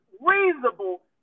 reasonable